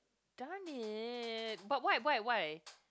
darn it but why why why